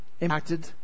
impacted